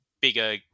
bigger